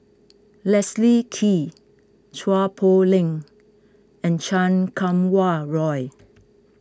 Leslie Kee Chua Poh Leng and Chan Kum Wah Roy